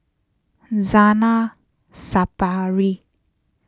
Zainal Sapari